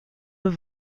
were